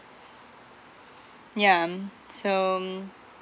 yeah mm so